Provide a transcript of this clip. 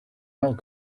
not